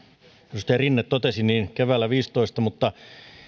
edustaja rinne totesi keväällä viisitoista mutta